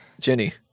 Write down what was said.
Jenny